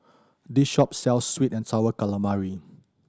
this shop sells sweet and Sour Calamari